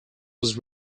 was